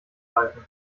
greifen